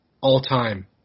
all-time